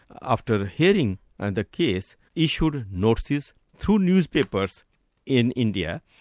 after hearing and the case, issued ah notices through newspapers in india,